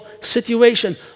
situation